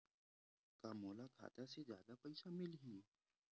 का मोला खाता से जादा पईसा मिलही?